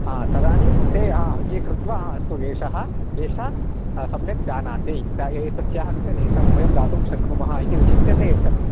हा तदानीं ते हा अङ्गीकृत्वा हा अस्तु एषः एषा सम्यक् जानाति इत्यादि तस्याः कृते लैसेन्स् वयं दातुं शक्नुमः इति विचिन्त्य ते यच्छन्ति